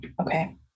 okay